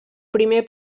primer